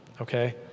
Okay